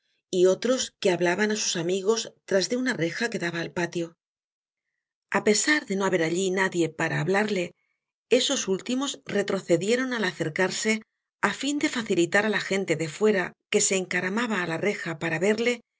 y otros que liablaban ásus amigos tras de una rejaque dalia al patio a pe sar de no haber alli nadie para hablarle esos últimos retrocedieron al acercarse á fin de facilitar á la gente de fuera que se encaramaba á la reja para verle